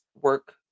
work